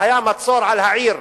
שהיה מצור על העיר